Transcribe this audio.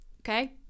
Okay